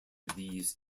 these